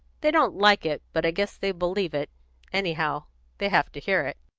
they don't like it, but i guess they believe it anyhow they have to hear it.